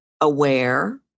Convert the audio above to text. aware